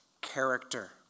character